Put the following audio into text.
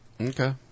Okay